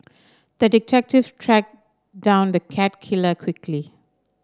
the detective tracked down the cat killer quickly